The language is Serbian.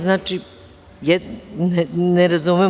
Znači, ne razumem.